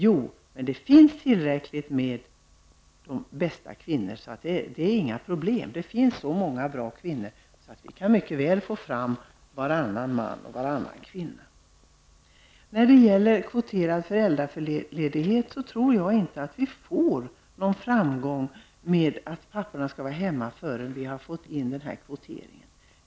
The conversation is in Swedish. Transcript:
Jovisst, men det finns tillräckligt med duktiga kvinnor, och därför kan man mycket väl ha lika många kvinnor som män på vallistorna. I frågan om kvoterad föräldraledighet tror jag inte vi når någon framgång med vår önskan om att papporna skall stanna hemma hos barnen förrän vi får denna kvotering.